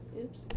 Oops